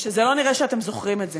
ולא נראה שאתם זוכרים את זה.